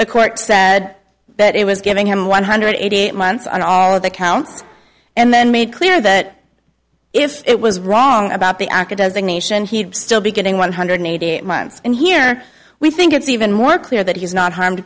the court said that it was giving him one hundred eighty eight months on all of the counts and then made clear that if it was wrong about the aca does the nation he'd still be getting one hundred eighty months and here we think it's even more clear that he's not harm